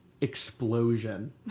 explosion